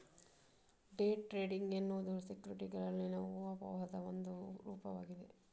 day trading ಎನ್ನುವುದು ಸೆಕ್ಯುರಿಟಿಗಳಲ್ಲಿನ ಊಹಾಪೋಹದ ಒಂದು ರೂಪವಾಗಿದೆ